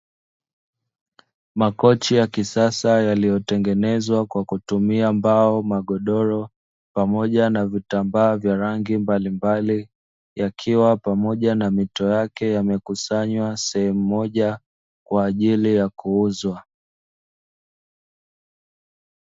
Makochi ya kisasa yaliyotengenezwa kwa kutumia mbao, magodoro pamoja na vitambaa vya rangi mbalimbali; yakiwa pamoja na mito yake yamekusanywa sehemu moja kwa ajili ya kuuzwa.